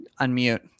unmute